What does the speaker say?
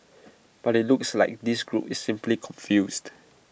but IT looks like this group is simply confused